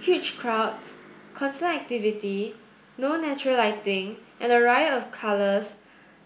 huge crowds constant activity no natural lighting and a riot of colours